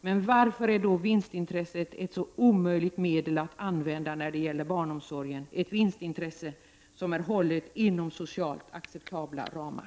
Men varför är då vinstintresset ett så omöjligt medel att använda när det gäller barnomsorgen — ett vinstintresse som är hållet inom socialt acceptabla ramar?